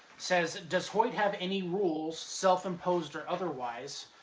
says, does hoid have any rules, self-imposed or otherwise,